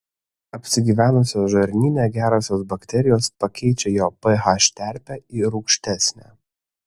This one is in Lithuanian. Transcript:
apsigyvenusios žarnyne gerosios bakterijos pakeičia jo ph terpę į rūgštesnę